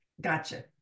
gotcha